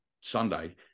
Sunday